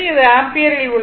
இது ஆம்பியரில் உள்ளது